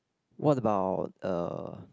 what about uh